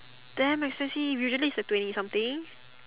damn expensive usually it's like twenty something